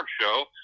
show